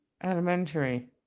Elementary